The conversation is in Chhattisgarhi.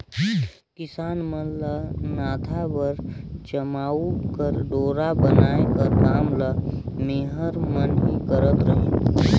किसान मन ल नाधा बर चमउा कर डोरा बनाए कर काम ल मेहर मन ही करत रहिन